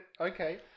Okay